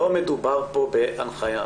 לא מדובר פה בהנחיה,